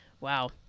Wow